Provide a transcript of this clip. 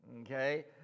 Okay